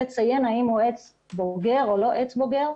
האם הוא עץ בוגר או לא עץ בוגר.